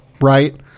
right